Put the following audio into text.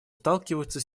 сталкиваются